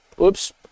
oops